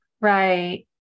Right